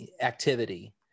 activity